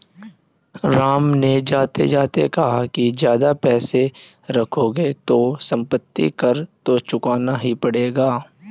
राम ने जाते जाते कहा कि ज्यादा पैसे रखोगे तो सम्पत्ति कर तो चुकाना ही पड़ेगा